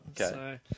Okay